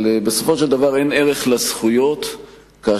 אבל בסופו של דבר אין ערך לזכויות כאשר